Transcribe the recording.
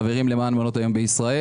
חברים למען מעונות היום בישראל.